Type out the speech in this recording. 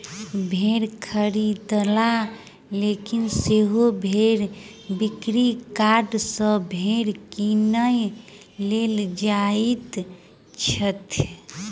भेंड़ खरीददार लोकनि सेहो भेंड़ बिक्री यार्ड सॅ भेंड़ किनय लेल जाइत छथि